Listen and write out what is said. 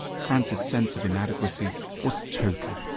franz's sense of inadequacy was total.